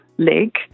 Leg